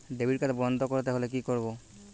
Credit card বন্ধ করতে হলে কি করব?